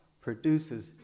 produces